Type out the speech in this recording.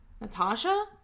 Natasha